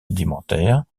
sédimentaires